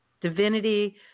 Divinity